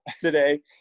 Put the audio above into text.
today